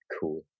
cool